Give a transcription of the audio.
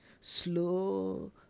Slow